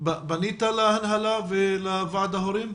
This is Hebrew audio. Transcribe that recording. פנית להנהלה ולוועד ההורים?